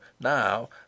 now